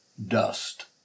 Dust